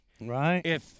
Right